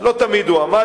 אז לא תמיד הוא עמד,